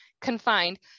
confined